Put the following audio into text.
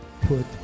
put